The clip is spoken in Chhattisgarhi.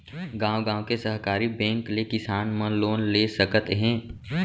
गॉंव गॉंव के सहकारी बेंक ले किसान मन लोन ले सकत हे